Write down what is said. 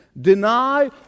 deny